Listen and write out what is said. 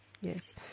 yes